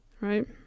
right